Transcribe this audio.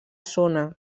zona